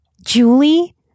julie